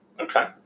Okay